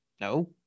No